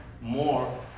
more